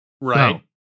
Right